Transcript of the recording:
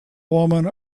woman